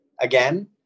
again